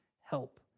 help